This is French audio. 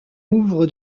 ouvre